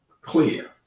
Clear